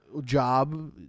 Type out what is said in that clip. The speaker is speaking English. Job